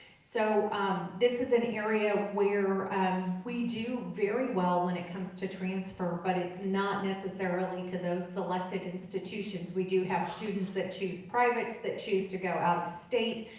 so this is an area where we do very well when it comes to transfer, but it's not necessarily to those selected institutions. we do have students that choose privates, that choose to go out of state,